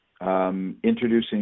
Introducing